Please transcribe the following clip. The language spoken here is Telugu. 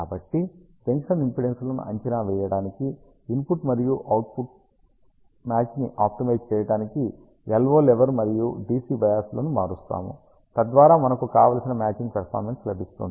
కాబట్టి జంక్షన్ ఇంపిడెన్స్లను అంచనా వేయటానికి ఇన్పుట్ మరియు అవుట్పుట్ మ్యాచ్ ని ఆప్టిమైజ్ చేయడానికి LO లెవెల్ మరియు DC బయాస్ లను మారుస్తాము తద్వారా మనకు కావలసిన మ్యాచింగ్ పెర్ఫార్మెన్స్ లభిస్తుంది